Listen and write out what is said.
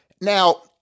Now